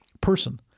person